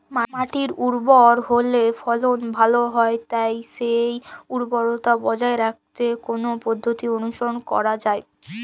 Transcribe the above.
মাটি উর্বর হলে ফলন ভালো হয় তাই সেই উর্বরতা বজায় রাখতে কোন পদ্ধতি অনুসরণ করা যায়?